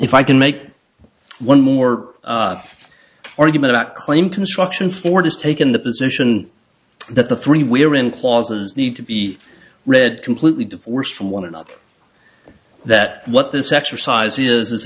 if i can make one more argument out claim construction ford has taken the position that the three we're in clauses need to be read completely divorced from one another that what this exercise is is